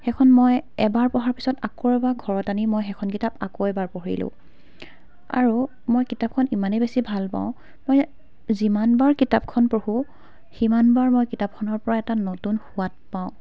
সেইখন মই এবাৰ পঢ়াৰ পিছত আকৌ এবাৰ ঘৰত আনি মই সেইখন কিতাপ আকৌ এবাৰ পঢ়িলোঁ আৰু মই কিতাপখন ইমানেই বেছি ভাল পাওঁ মই যিমানবাৰ কিতাপখন পঢ়োঁ সিমানবাৰ মই কিতাপখনৰ পৰা এটা নতুন সোৱাদ পাওঁ